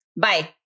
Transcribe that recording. bye